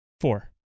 Four